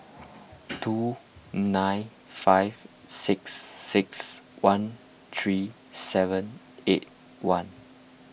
two nine five six six one three seven eight one